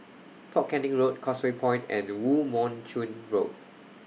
Fort Canning Road Causeway Point and Woo Mon Chew Road